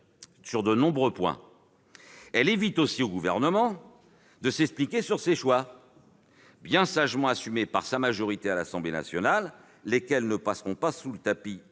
sur de nombreux points. Elle évite aussi au Gouvernement de s'expliquer sur ses choix, bien sagement assumés par sa majorité à l'Assemblée nationale, lesquels ne passeront pas sous le tapis